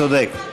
צודק.